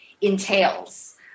entails